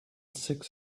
six